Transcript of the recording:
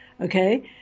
Okay